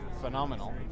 phenomenal